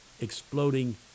exploding